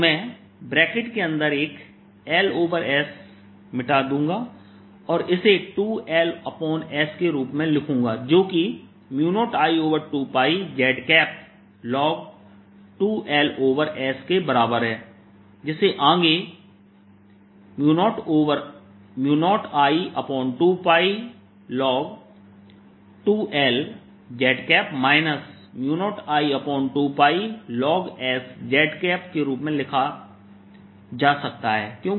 तो मैं ब्रैकेट के अंदर एकLs मिटा दूंगा और इसे 2Ls के रूप में लिखूंगा जो कि0I2πzln 2Ls के बराबर है जिसे आगे 0I2π ln 2Lz 0I2π lns z के रूप में लिखा जा सकता है